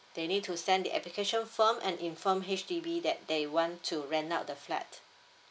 they need to send the application form and inform H_D_B that they want to rent out the flat